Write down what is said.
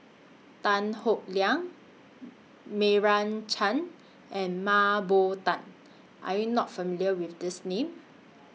Tan Howe Liang Meira Chand and Mah Bow Tan Are YOU not familiar with These Names